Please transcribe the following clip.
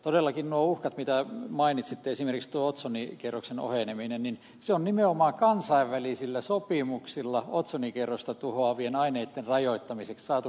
todellakin noista uhkista mitä mainitsitte esimerkiksi otsonikerroksen oheneminen on nimenomaan kansainvälisillä sopimuksilla otsonikerrosta tuhoavien aineiden rajoittamisesta saatu kuriin